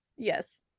Yes